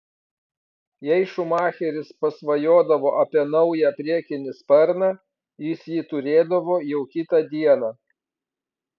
jei schumacheris pasvajodavo apie naują priekinį sparną jis jį turėdavo jau kitą dieną